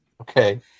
Okay